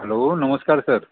hello नमस्कार sir